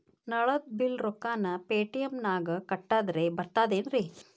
ನಳದ್ ಬಿಲ್ ರೊಕ್ಕನಾ ಪೇಟಿಎಂ ನಾಗ ಕಟ್ಟದ್ರೆ ಬರ್ತಾದೇನ್ರಿ?